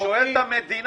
אני שואל את המדינה.